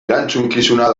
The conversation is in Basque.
erantzukizuna